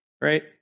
right